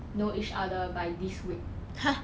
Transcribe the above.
know each other by this week